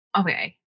Okay